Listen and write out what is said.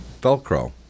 Velcro